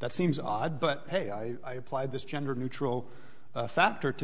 that seems odd but hey i apply this gender neutral factor to